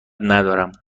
ندارم